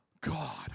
God